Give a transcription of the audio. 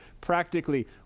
practically